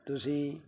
ਤੁਸੀਂ